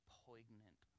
poignant